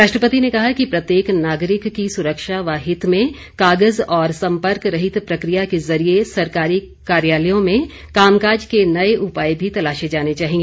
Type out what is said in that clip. राष्ट्रपति ने कहा कि प्रत्येक नागरिक की सुरक्षा व हित में कागज और संपर्क रहित प्रक्रिया के जरिए सरकारी कार्यालयों में कामकाज के नए उपाय भी तलाशे जानें चाहिए